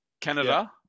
Canada